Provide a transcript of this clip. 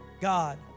God